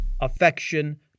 Affection